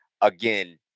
again